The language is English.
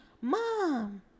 mom